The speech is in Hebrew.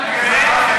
(תיקון,